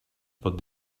pot